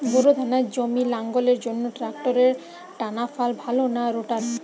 Bore ধানের জমি লাঙ্গলের জন্য ট্রাকটারের টানাফাল ভালো না রোটার?